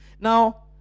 now